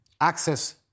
access